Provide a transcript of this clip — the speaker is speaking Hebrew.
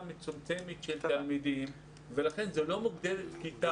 מצומצמת של תלמידים ולכן זאת לא מוגדרת כיתה.